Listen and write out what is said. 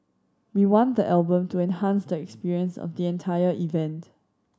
we want the album to enhance the experience of the entire event